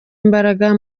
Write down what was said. imbaraga